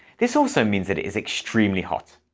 this also means that it is extremely hot.